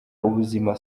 ubuzima